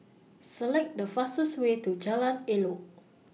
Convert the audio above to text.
Select The fastest Way to Jalan Elok